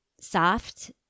soft